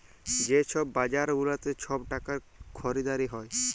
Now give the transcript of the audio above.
যে ছব বাজার গুলাতে ছব টাকার খরিদারি হ্যয়